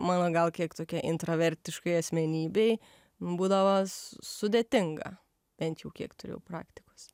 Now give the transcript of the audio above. mano gal kiek tokia intravertiškai asmenybei būdavo su sudėtinga bent jau kiek turiu praktikos